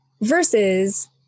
versus